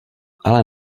ale